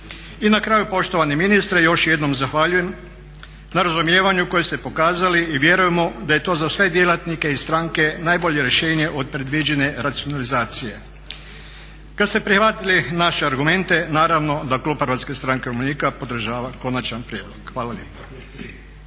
I na kraju poštovani ministre još jednom zahvaljujem na razumijevanju koje ste pokazali i vjerujemo da je to za sve djelatnike i stranke najbolje rješenje od predviđene racionalizacije. Kada ste prihvatili naše argumente naravno da Klub Hrvatske stranke umirovljenika podržava konačan prijedlog. Hvala lijepa.